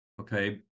Okay